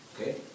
Okay